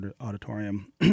Auditorium